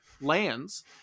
lands